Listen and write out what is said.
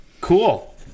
Cool